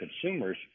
consumers